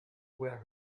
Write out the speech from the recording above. where